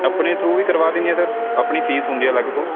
ਆਪਣੇ ਥਰੂ ਵੀ ਕਰਵਾ ਦਿੰਦੇ ਆ ਸਰ ਆਪਣੀ ਫੀਸ ਹੁੰਦੀ ਆ ਅਲੱਗ ਤੋਂ